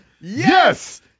Yes